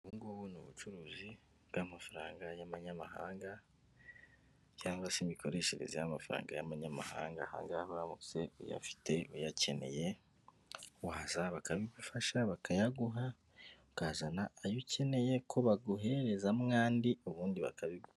Ubu ngubu ni ubucuruzi bw'amafaranga y'amanyamahanga, cyangwa se imikoreshereze y'amafaranga y'amanyamahanga, aha ngahe uramutse uyafite uyakeneye ,waza bakabigufasha bakayaguha, ukazana ayo ukeneye ko baguhereza mw'andi ubundi bakabiguha.